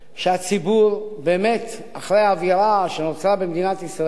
שהציבור באמת, אחרי האווירה שנוצרה במדינת ישראל,